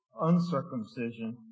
uncircumcision